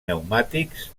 pneumàtics